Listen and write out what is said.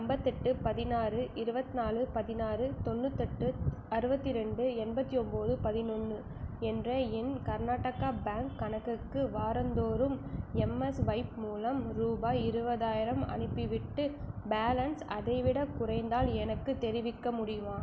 ஐம்பத்தெட்டு பதினாறு இருவத்திநாலு பதினாறு தொண்ணூற்றுட்டு அறுபத்தி ரெண்டு எண்பத்தி ஒம்பது பதினொன்று என்ற என் கர்நாடகா பேங்க் கணக்குக்கு வாரந்தோறும் எம்எஸ்வைப் மூலம் ரூபாய் இருபதாயிரம் அனுப்பிவிட்டு பேலன்ஸ் அதைவிடக் குறைந்தால் எனக்குத் தெரிவிக்க முடியுமா